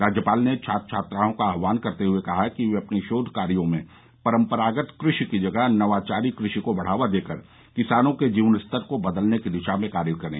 राज्यपाल ने छात्र छात्राओं का आहवान करते हुए कहा कि वे अपने शोध कार्यो में परम्परागत कृषि की जगह नवाचारी कृषि को बढ़ावा देकर किसानों के जीवन स्तर को बदलने की दिशा में कार्य करें